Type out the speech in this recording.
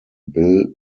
bill